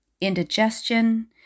indigestion